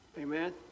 Amen